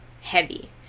heavy